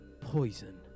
poison